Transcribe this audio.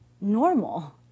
normal